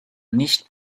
nicht